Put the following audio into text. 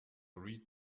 read